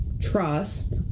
trust